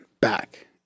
Back